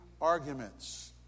arguments